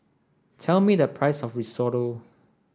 tell me the price of Risotto